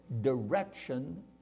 direction